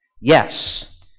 Yes